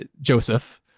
Joseph